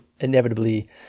inevitably